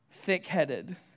thick-headed